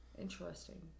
Interesting